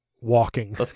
walking